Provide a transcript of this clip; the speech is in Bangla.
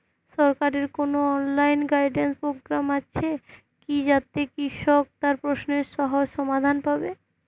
সরকারের কোনো অনলাইন গাইডেন্স প্রোগ্রাম আছে কি যাতে কৃষক তার প্রশ্নের সহজ সমাধান পাবে?